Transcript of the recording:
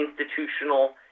institutional